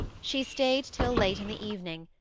she stayed till late in the evening,